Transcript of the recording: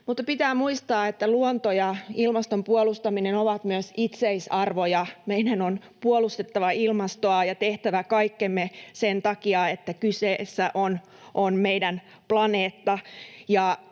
mutta pitää muistaa, että luonto ja ilmaston puolustaminen ovat myös itseisarvoja. Meidän on puolustettava ilmastoa ja tehtävä kaikkemme sen takia, että kyseessä on meidän planeetta.